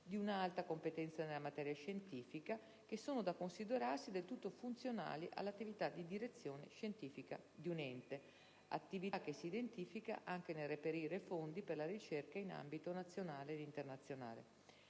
di un'alta competenza nella materia scientifica, sono da considerarsi del tutto funzionali all'attività di direzione scientifica di un ente, attività che si identifica anche nel reperire fondi per la ricerca in ambito nazionale ed internazionale.